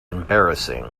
embarrassing